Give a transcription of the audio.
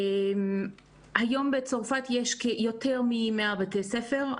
היום בצרפת יש יותר מ-100 בתי ספר.